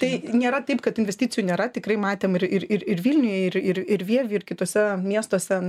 tai nėra taip kad investicijų nėra tikrai matėm ir ir ir ir vilniuje ir ir ir vievy ir kituose miestuose